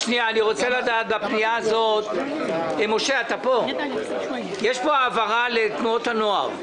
אני רוצה לדעת האם בפנייה הזאת יש העברה לתנועות הנוער.